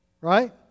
right